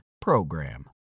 PROGRAM